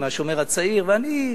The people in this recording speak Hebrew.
מ"השומר הצעיר"; ואני,